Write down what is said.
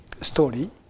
story